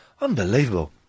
Unbelievable